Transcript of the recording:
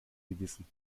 gewissen